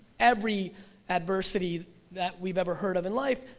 every adversity that we've ever heard of in life,